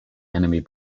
enemy